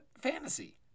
fantasy